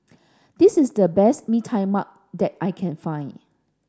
this is the best Bee Tai Mak that I can find